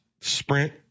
sprint